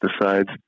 decides